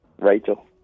Rachel